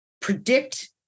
predict